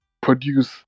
produce